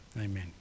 amen